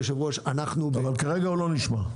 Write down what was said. אבל כרגע הוא לא נשמר.